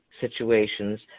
situations